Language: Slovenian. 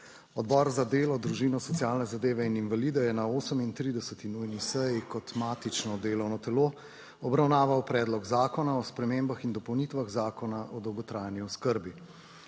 Odbor za delo, družino, socialne zadeve in invalide je na 38. nujni seji, kot matično delovno telo, obravnaval Predlog zakona o spremembah in dopolnitvah Zakona o dolgotrajni oskrbi.